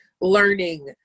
learning